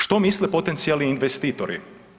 Što misle potencijalni investitori?